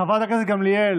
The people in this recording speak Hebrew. חברת הכנסת גמליאל,